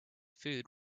food